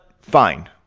fine